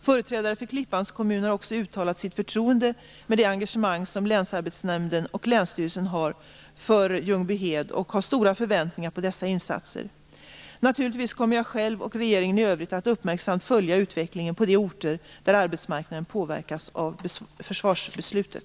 Företrädare för Klippans kommun har också uttalat sitt förtroende för det engagemang som länsarbetsnämnden och länsstyrelsen har för Ljungbyhed och har stora förväntningar på dessa insatser. Naturligtvis kommer jag själv och regeringen i övrigt att uppmärksamt följa utvecklingen på de orter där arbetsmarknaden påverkas av försvarsbeslutet.